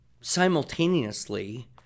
simultaneously